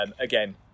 Again